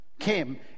came